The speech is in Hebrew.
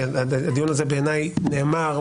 כי הדיון הזה בעיניי נאמר,